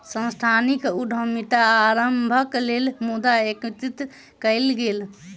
सांस्थानिक उद्यमिता आरम्भक लेल मुद्रा एकत्रित कएल गेल